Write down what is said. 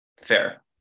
fair